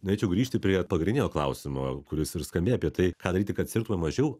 norėčiau grįžti prie pagrindinio klausimo kuris ir skambėjo apie tai ką daryti kad sirgtum mažiau